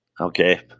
Okay